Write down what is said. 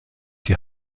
die